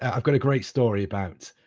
and i've got a great story about